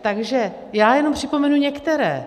Takže já jenom připomenu některé.